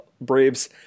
Braves